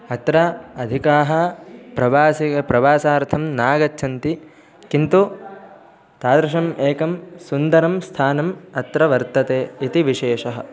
अत्र अधिकाः प्रवासिनः प्रवासार्थं नागच्छन्ति किन्तु तादृशम् एकं सुन्दरं स्थानम् अत्र वर्तते इति विशेषः